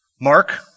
Mark